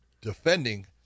defending